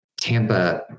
Tampa